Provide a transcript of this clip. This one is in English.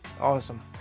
Awesome